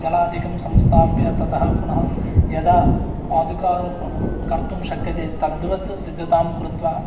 जलादिकं संस्थाप्य ततः पुनः यदा पादुकारोपणं कर्तुं शक्यते तद्वत् सिद्धतां कृत्वा